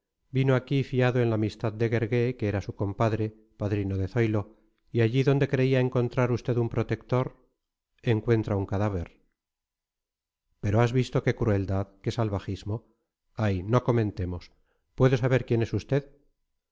vino aquí fiado en la amistad de guergué que era su compadre padrino de zoilo y allí donde creía encontrar usted un protector encuentra un cadáver pero has visto qué crueldad qué salvajismo ay no comentemos puedo saber quién es usted